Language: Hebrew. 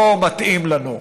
לא מתאים לנו.